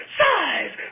size